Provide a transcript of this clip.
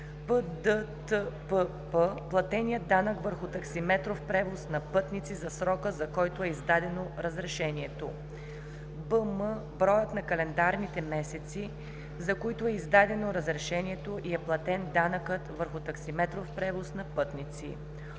ПДТПП – платеният данък върху таксиметров превоз на пътници за срока, за който е издадено разрешението, БМ – броят на календарните месеци, за които е издадено разрешението и е платен данъкът върху таксиметров превоз на пътници,